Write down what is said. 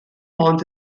ond